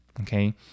okay